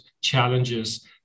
challenges